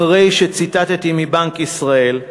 אחרי שציטטתי מדוח בנק ישראל,